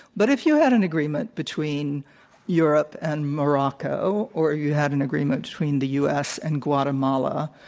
but if you had an agreement between europe and morocco, or you had an agreement between the u. s. and guatemala,